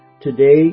Today